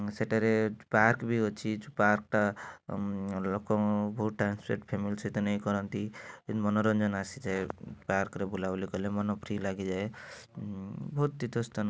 ସେଠାରେ ପାର୍କ ବି ଅଛି ଯୋ ପାର୍କଟା ଲୋକଙ୍କୁ ବହୁତ ଟାଇମ୍ ସ୍ପେଣ୍ଟ୍ ଫ୍ୟାମିଲି ସହିତ ନେଇକି କରନ୍ତି ମନୋରଞ୍ଜନ ଆସିଯାଏ ପାର୍କରେ ବୁଲାବୁଲି କଲେ ମନ ଫ୍ରି ଲାଗିଯାଏ ବହୁତ୍ ତୀର୍ଥସ୍ଥାନ